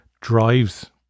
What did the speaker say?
drives